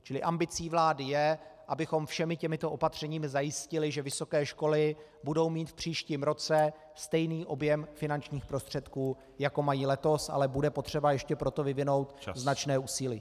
Čili ambicí vlády je, abychom všemi těmito opatřeními zajistili, že vysoké školy budou mít v příštím roce stejný objem finančních prostředků, jako mají letos, ale bude potřeba ještě pro to vyvinout značné úsilí.